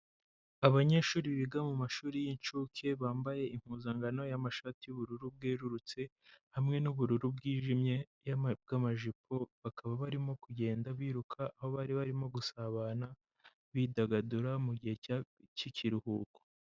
Abanyeshuri biga mumashuri y'incuke, bambaye impuzankano y'amashati y'ubururu bwerurutse, hamwe n'ubururu bwijimye bw'amajipo, bakaba barimo kugenda biruka aho bari barimo gusabana bidagadura mugihe cy'ikiruhuko.